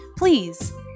Please